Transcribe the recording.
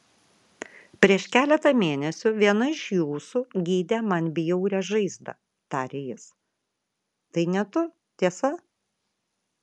prieš keletą mėnesių viena iš jūsų gydė man bjaurią žaizdą tarė jis tai ne tu tiesa